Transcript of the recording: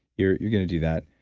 you're you're going to do that